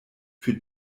für